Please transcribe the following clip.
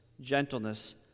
gentleness